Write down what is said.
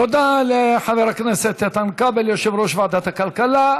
תודה לחבר הכנסת איתן כבל, יושב-ראש ועדת הכלכלה.